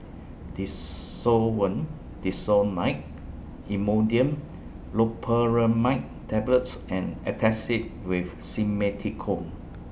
Desowen Desonide Imodium Loperamide Tablets and Antacid with Simethicone